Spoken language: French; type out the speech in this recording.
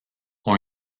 ont